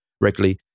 regularly